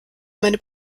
meine